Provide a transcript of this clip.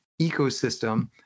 ecosystem